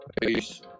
Peace